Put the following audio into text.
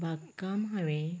बागकाम हांवें